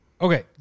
Okay